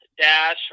Dash